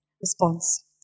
response